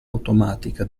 automatica